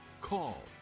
call